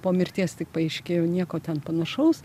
po mirties tik paaiškėjo nieko ten panašaus